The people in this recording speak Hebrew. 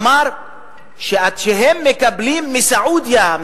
אמר שעד שהם מקבלים מסעודיה,